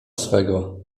swego